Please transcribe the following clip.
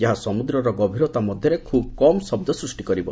ଯାହା ସମୁଦ୍ରର ଗଭୀରତା ମଧ୍ୟରେ ଖୁବ୍ କମ୍ ଶବ୍ଦ ସୃଷ୍ଟି କରିବ